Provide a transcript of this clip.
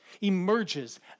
emerges